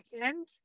second